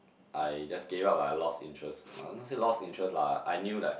I just gave up lah lost interest no not say lost interest lah I knew like